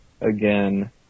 again